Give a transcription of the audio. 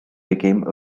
became